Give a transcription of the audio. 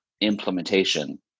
implementation